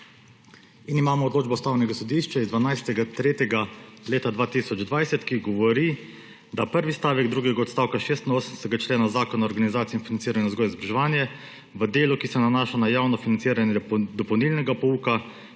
Imamo odločbo Ustavnega sodišča iz 12. 3. 2020, ki govori: » Prvi stavek drugega odstavka 86. člena Zakona o organizaciji in financiranju vzgoje in izobraževanje v delu, ki se nanaša na javno financiranje dopolnilnega pouka,